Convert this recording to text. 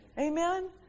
Amen